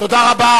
תודה רבה.